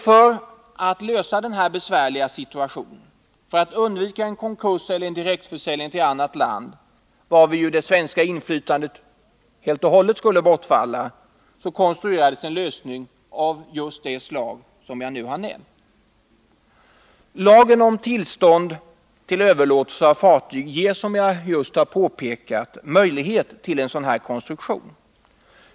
För att lösa denna besvärliga situation och för att undvika en konkurs eller direktförsäljning av fartygen till annat land, varvid det svenska inflytandet helt skulle bortfalla, konstruerades en lösning av det slag som jag just har nämnt. Lagen om tillstånd till överlåtelse av fartyg ger som jag nyss påpekat möjlighet till en sådan konstruktion.